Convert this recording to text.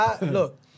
look